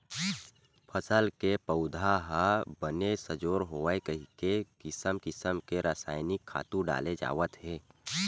फसल के पउधा ह बने सजोर होवय कहिके किसम किसम के रसायनिक खातू डाले जावत हे